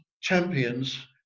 champions